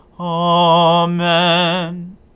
Amen